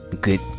good